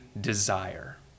desire